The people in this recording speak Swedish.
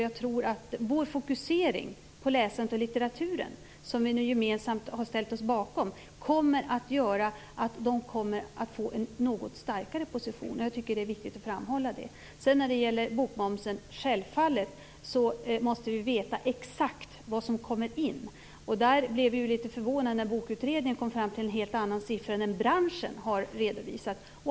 Jag tror att vår fokusering på läsandet och litteraturen, som vi nu gemensamt har ställt oss bakom, kommer att göra att de kommer att få en något starkare position. Jag tycker att det är viktigt att framhålla. Självfallet måste vi veta exakt hur mycket pengar som kommer in till statskassan från bokmomsen. Vi blev litet förvånade när Bokutredningen kom fram till en helt annan siffra än den som branschen har redovisat.